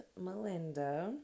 melinda